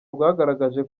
rwagaragaje